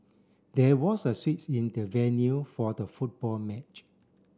there was a switch in the venue for the football match